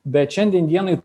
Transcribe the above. bet šiandien dienai